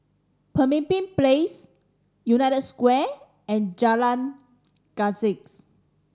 Pemimpin Place United Square and Jalan Janggus